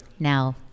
Now